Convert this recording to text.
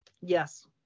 yes